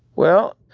well,